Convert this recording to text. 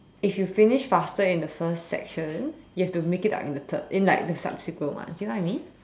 if you finish faster in the first section you have to make it up in the third in like the subsequent ones you know what I mean